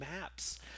maps